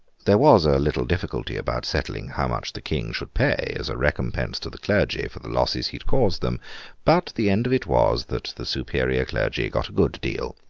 there was a little difficulty about settling how much the king should pay as a recompense to the clergy for the losses he had caused them but, the end of it was, that the superior clergy got a good deal,